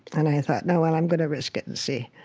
and i thought, no, well, i'm going to risk it and see.